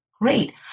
Great